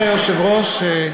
גברתי היושבת-ראש,